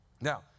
Now